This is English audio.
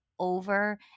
over